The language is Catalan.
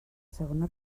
segona